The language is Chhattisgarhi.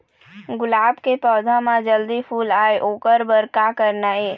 गुलाब के पौधा म जल्दी फूल आय ओकर बर का करना ये?